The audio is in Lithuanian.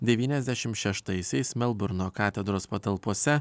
devyniasdešimt šeštaisiais melburno katedros patalpose